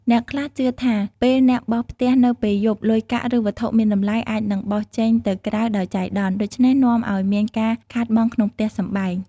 អ្នកខ្លះជឿថា ពេលអ្នកបោសផ្ទះនៅពេលយប់ លុយកាក់ឬវត្ថុមានតម្លៃអាចនឹងបោសចេញទៅក្រៅដោយចៃដន្យ ដូច្នេះនាំឱ្យមានការខាតបង់ក្នុងផ្ទះសម្បែង។